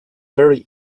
very